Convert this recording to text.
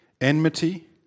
enmity